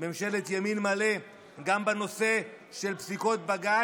ממשלת ימין מלא גם בנושא של פסיקות בג"ץ.